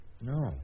No